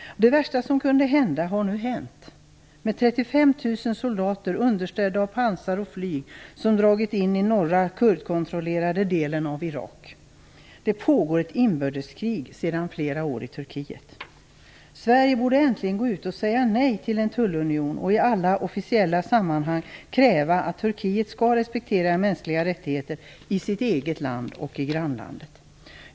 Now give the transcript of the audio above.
Det värsta som kunde hända har nu hänt. 35 000 soldater, understödda av pansar och flyg, har dragit in i den norra turkkontrollerade delen av Irak. Det pågår ett inbördeskrig sedan flera år i Turkiet. Sverige borde egentligen säga nej till en tullunion och i alla officiella sammanhang kräva att Turkiet skall respektera mänskliga rättigheter i sitt eget land och i grannlandet.